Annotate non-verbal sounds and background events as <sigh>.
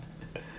<laughs>